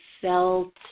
felt